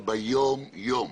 אבל ביום-יום,